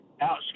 out